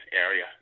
area